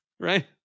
Right